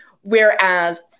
whereas